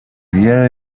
hear